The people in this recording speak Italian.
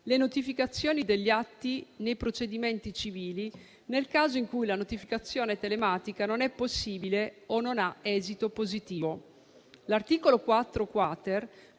le notificazioni degli atti nei procedimenti civili, nel caso in cui quella telematica non sia possibile o non abbia esito positivo. L'articolo 4-*quater*